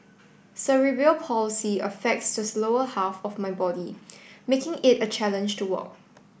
Cerebral Palsy affects the lower half of my body making it a challenge to walk